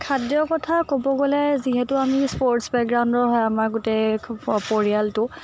খাদ্যৰ কথা ক'ব গ'লে যিহেতু আমি স্প'ৰ্টছ বেকগ্ৰাউণ্ডৰ হয় আমাৰ গোটেই পৰিয়ালটো